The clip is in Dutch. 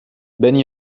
ben